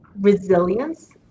resilience